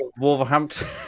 wolverhampton